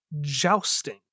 jousting